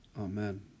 Amen